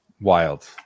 Wild